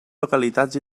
localitats